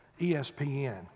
ESPN